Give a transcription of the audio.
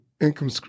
income